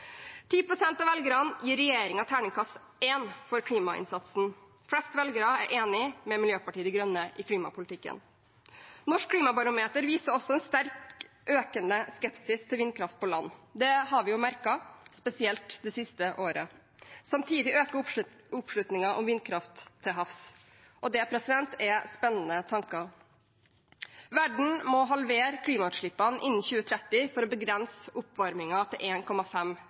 av velgerne gir regjeringen terningkast 1 for klimainnsatsen. Flest velgere er enig med Miljøpartiet De Grønne i klimapolitikken. Norsk klimabarometer viser også en sterkt økende skepsis til vindkraft på land. Det har vi jo merket, spesielt det siste året. Samtidig øker oppslutningen om vindkraft til havs. Det er spennende tanker. Verden må halvere klimagassutslippene innen 2030 for å begrense oppvarmingen til